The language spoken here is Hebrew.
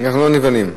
אנחנו לא נבהלים.